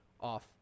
off